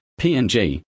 PNG